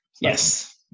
Yes